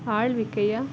ಆಳ್ವಿಕೆಯ